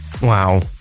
Wow